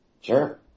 Sure